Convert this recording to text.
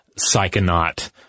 psychonaut